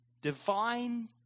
divine